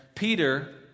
Peter